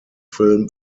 film